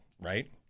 right